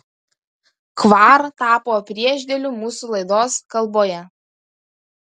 kvar tapo priešdėliu mūsų laidos kalboje